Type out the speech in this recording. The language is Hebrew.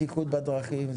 בטיחות בדרכים,